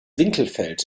winkelfeld